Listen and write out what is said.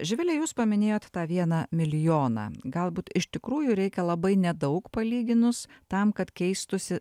živile jūs paminėjot tą vieną milijoną galbūt iš tikrųjų reikia labai nedaug palyginus tam kad keistųsi